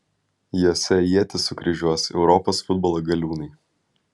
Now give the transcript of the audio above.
jose ietis sukryžiuos europos futbolo galiūnai